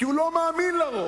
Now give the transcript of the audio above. כי הוא לא מאמין לרוב.